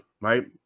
right